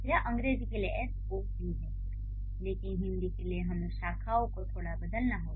यह अंग्रेजी के लिए S V O है लेकिन हिंदी के लिए हमें शाखाओं को थोड़ा बदलना होगा